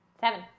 Seven